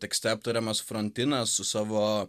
tekste aptariamas frontinas su savo